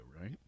right